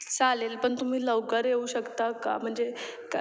चालेल पण तुम्ही लवकर येऊ शकता का म्हणजे का